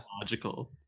logical